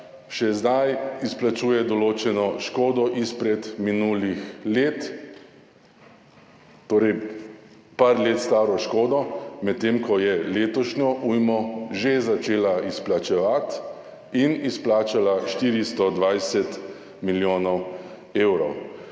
še zdaj izplačuje določeno škodo izpred minulih let, torej par let staro škodo, medtem ko je letošnjo ujmo že začela izplačevati in izplačala 420 milijonov evrov.